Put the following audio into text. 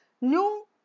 new